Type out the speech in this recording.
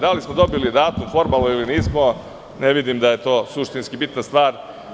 Da li smo dobili datum formalno ili nismo, ne vidim da je to suštinski bitna stvar.